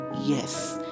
yes